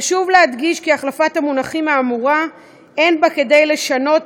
חשוב להדגיש כי החלפת המונחים האמורה אין בה כדי לשנות